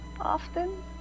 often